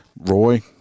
Roy